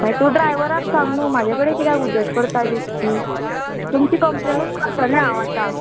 मागीर तूं ड्रायवराक सांग न्हू म्हाजे कडे किद्याक उजत करताय बेश्टी तुमची कंप्लेनूच करतलें हांव आतां